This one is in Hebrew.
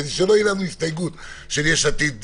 כדי שלא תהיה לנו הסתייגות של יש עתיד-תל"ם,